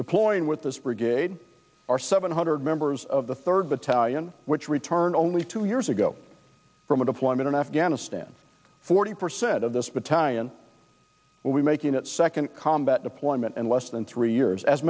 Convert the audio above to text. deploying with this brigade are seven hundred members of the third battalion which returned only two years ago from a deployment in afghanistan forty percent of this battalion will be making its second combat deployment and less than three years as